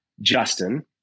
Justin